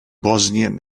bosnien